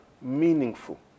meaningful